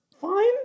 fine